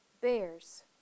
bears